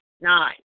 Nine